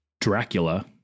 Dracula